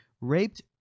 raped